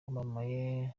wamamaye